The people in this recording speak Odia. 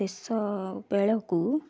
ଶେଷବେଳକୁ